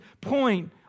point